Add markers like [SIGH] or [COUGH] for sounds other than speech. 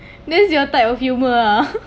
this is your type of humour ah [LAUGHS]